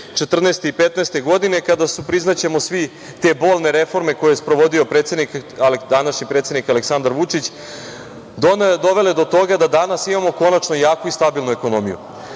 2014. i 2015. godine kada su, priznaćemo svi, te bolne reforme koje je sprovodio današnji predsednik, Aleksandar Vučić, dovele do toga da danas imamo konačno jaku i stabilnu ekonomiju.Za